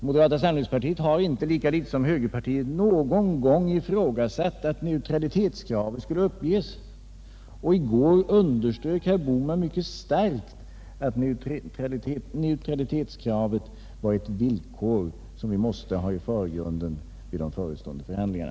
Moderata samlingspartiet har inte — lika litet som högerpartiet — nägon gång ifrågasatt att neutralitetskravet skulle uppges. I går underströk herr Bohman mycket starkt att neutralitetskravet var ett villkor som vi måste hälla i förgrunden vid de förestående förhandlingarna.